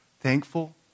thankful